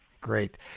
great